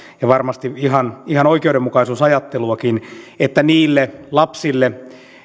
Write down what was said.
ja varmasti ihan ihan oikeudenmukaisuusajatteluakin että niille lapsille